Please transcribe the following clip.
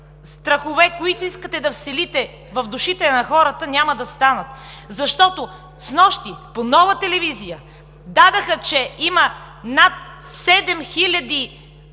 страхове, които искате да вселите в душите на хората, няма да станат. Снощи по Нова телевизия дадоха, че има над 7